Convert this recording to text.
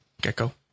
Gecko